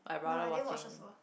no I did watch also